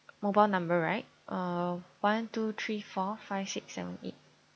mobile number right uh one two three four five six seven eight